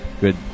good